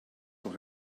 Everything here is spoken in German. doch